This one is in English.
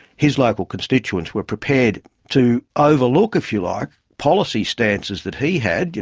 his local constituents were prepared to overlook, if you like, policy stances that he had, you